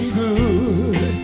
good